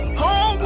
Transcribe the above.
home